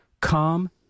calm